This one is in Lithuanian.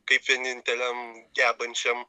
kaip vieninteliam gebančiam